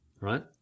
right